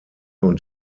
und